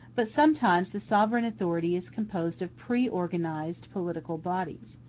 but sometimes the sovereign authority is composed of preorganized political bodies,